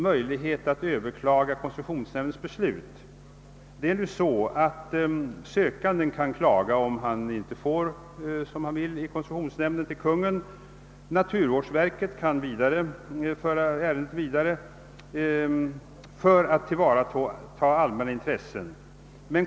För närvarande kan sökanden klaga hos Konungen om han inte får sin vilja igenom i koncessionsnämnden. Också naturvårdsverket kan föra ärendet vidare för att tillvarata allmänna intressen.